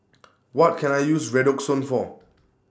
What Can I use Redoxon For